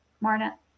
Marna